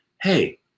hey